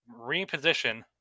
reposition